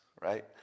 right